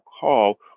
call